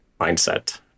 mindset